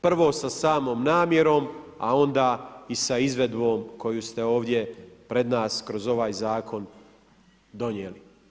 Prvo sa samom namjerom, a onda i sa izvedbom koju ste ovdje pred nas kroz ovaj zakon donijeli.